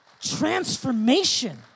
Transformation